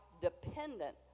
dependent